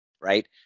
Right